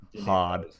hard